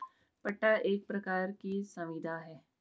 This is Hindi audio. पट्टा एक प्रकार की संविदा है